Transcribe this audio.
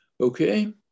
Okay